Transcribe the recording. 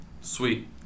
Sweet